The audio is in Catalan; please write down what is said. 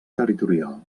territorial